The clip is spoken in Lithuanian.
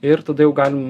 ir tada jau galim